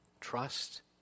Trust